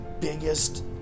biggest